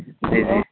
جی جی